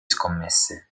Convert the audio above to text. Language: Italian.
scommesse